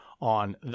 on